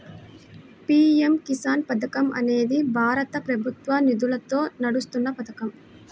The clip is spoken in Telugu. పీ.ఎం కిసాన్ పథకం అనేది భారత ప్రభుత్వ నిధులతో నడుస్తున్న పథకం